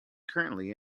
currently